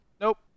nope